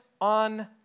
on